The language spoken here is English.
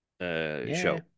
show